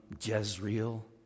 Jezreel